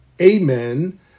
amen